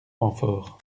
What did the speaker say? renfort